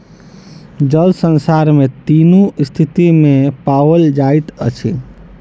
जल संसार में तीनू स्थिति में पाओल जाइत अछि